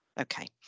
Okay